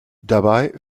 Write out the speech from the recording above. dabei